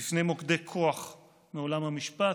בפני מוקדי כוח מעולם המשפט,